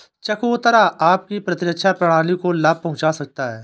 चकोतरा आपकी प्रतिरक्षा प्रणाली को लाभ पहुंचा सकता है